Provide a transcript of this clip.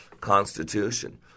Constitution